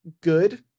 good